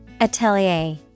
Atelier